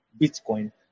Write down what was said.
Bitcoin